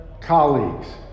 Colleagues